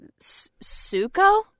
Suko